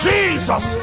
Jesus